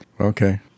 Okay